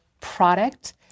product